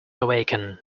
awaken